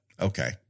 Okay